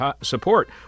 support